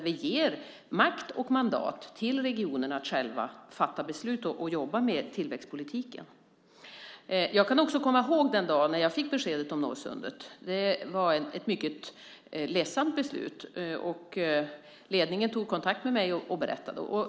Vi ger makt och mandat till regionerna själva att fatta beslut om och jobba med tillväxtpolitiken. Jag kan också komma ihåg den dag då jag fick beskedet om Norrsundet. Det var ett mycket ledsamt beslut. Ledningen tog kontakt med mig och berättade det.